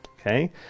Okay